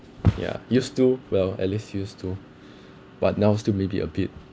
ya used to well at least used to but now still maybe a bit